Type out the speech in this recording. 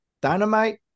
Dynamite